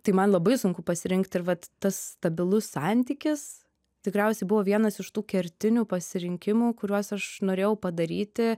tai man labai sunku pasirinkti ir vat tas stabilus santykis tikriausiai buvo vienas iš tų kertinių pasirinkimų kuriuos aš norėjau padaryti